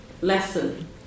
lesson